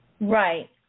Right